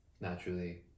Naturally